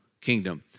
kingdom